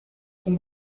com